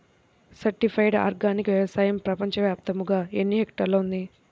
Certified organic వ్యవసాయం ప్రపంచ వ్యాప్తముగా ఎన్నిహెక్టర్లలో ఉంది?